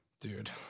dude